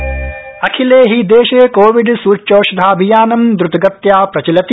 कोरोनास्थिति अखिले हि देशे कोविड सूच्यौषधाभियानं द्रतगत्या प्रचलति